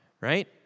right